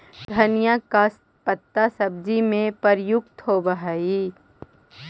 धनिया का पत्ता सब्जियों में प्रयुक्त होवअ हई